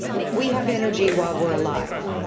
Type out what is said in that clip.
we have energy while we're alive.